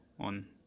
on